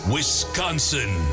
Wisconsin